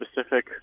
specific